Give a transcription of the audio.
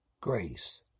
grace